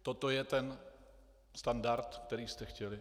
Toto je ten standard, který jste chtěli?